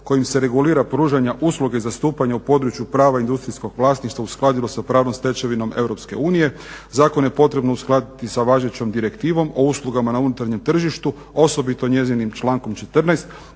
kojim se regulira pružanja usluge zastupanja u području prava industrijskog vlasništva uskladilo sa pravnom stečevinom EU. Zakon je potrebno uskladiti sa važećom direktivom o uslugama na unutarnjem tržištu osobito njezinim člankom 14.